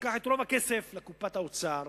לקח את כל הכסף לקופת האוצר